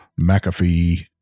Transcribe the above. McAfee